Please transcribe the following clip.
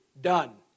done